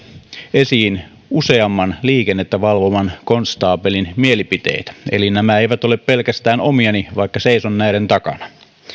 esiin useamman liikennettä valvovan konstaapelin mielipiteitä eli nämä eivät ole pelkästään omiani vaikka seison näiden takana